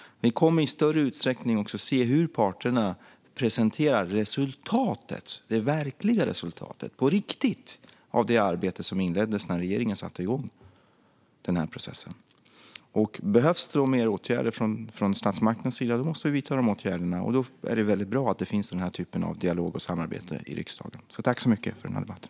Vi kommer också i större utsträckning att se hur parterna presenterar det verkliga resultatet, på riktigt, av det arbete som inleddes när regeringen satte igång processen. Behövs det då mer åtgärder från statsmaktens sida måste vi vidta dem. Då är det väldigt bra att det finns den här typen av dialog och samarbete i riksdagen. Tack så mycket för den här debatten!